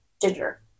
Ginger